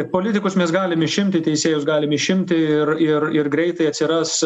politikus mes galim išimti teisėjus galim išimti ir ir ir greitai atsiras